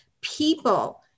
people